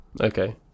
Okay